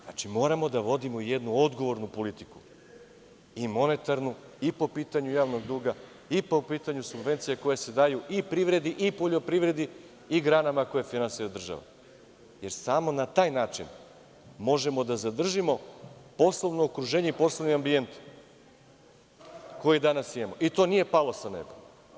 Znači, moramo da vodimo jednu odgovornu politiku, i monetarnu i po pitanju javnog duga i po pitanju subvencija koje se daju i privredi i poljoprivredi i granama koje finansira država, jer samo na taj način možemo da zadržimo poslovno okruženje i poslovni ambijent koji danas imamo i to nije palo sa neba.